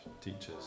teachers